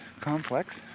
complex